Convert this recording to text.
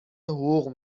حقوق